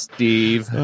Steve